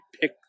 pick